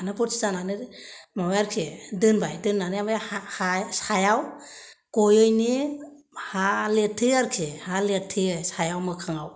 बरथिब जानानै माबाबाय आरोखि दोनबाय दोननानै आरो सायाव गयिनि हा लिरथेयो आरोखि सायाव मोखाङाव